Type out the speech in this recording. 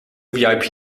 vip